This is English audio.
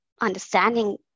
understanding